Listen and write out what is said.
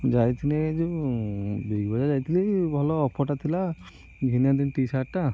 ଯାଇଥିଲି ଏଇ ଯେଉଁ ବିଗବଜାର୍ ଯାଇଥିଲି ଭଲ ଅଫର୍ଟା ଥିଲା ଘିନି ଆଣିଲି ଟି ସାର୍ଟ୍ଟା